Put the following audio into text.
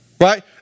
Right